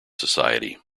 society